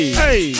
hey